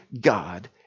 God